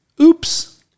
Oops